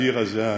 האדיר הזה,